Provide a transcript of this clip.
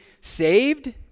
saved